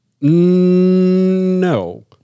No